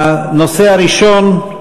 הנושא הראשון: